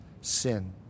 sin